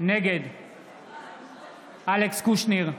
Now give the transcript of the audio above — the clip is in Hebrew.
נגד אלכס קושניר,